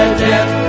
death